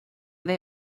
they